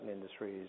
industries